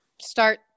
start